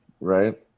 Right